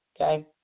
Okay